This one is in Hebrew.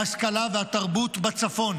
ההשכלה והתרבות בצפון.